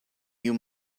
you